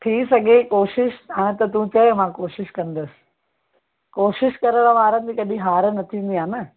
थी सघे कोशिशि हा त तूं चवे मां कोशिशि कंदसि कोशिशि करण वारनि जी कॾहिं हार न थींदी आहे न